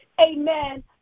amen